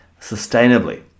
sustainably